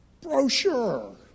brochure